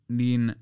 niin